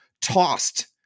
tossed